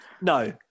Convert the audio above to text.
No